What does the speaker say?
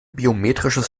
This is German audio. biometrisches